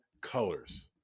colors